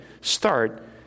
start